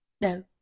no